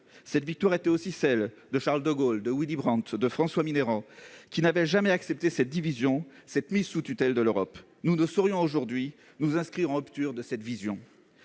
l'Europe. Elle était aussi celle de Charles de Gaulle, de Willy Brandt, de François Mitterrand, qui n'avaient jamais accepté la division, la mise sous tutelle de l'Europe. Nous ne saurions aujourd'hui nous inscrire en rupture de cette vision